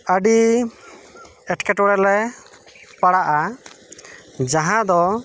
ᱟᱹᱰᱤ ᱮᱴᱠᱮᱴᱚᱬᱮ ᱞᱮ ᱯᱟᱲᱟᱜᱼᱟ ᱡᱟᱦᱟᱸ ᱫᱚ